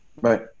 Right